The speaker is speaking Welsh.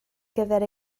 gyfer